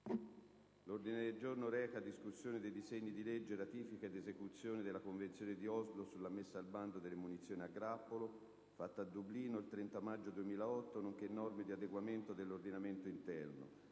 di esame del disegno di legge A.S. 2538, recante ratifica ed esecuzione della Convenzione di Oslo sulla messa al bando delle munizioni a grappolo, fatta a Dublino il 30 maggio 2008, nonché norme di adeguamento dell'ordinamento interno,